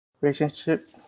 relationship